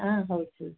ಹಾಂ ಹೌದು